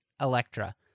Electra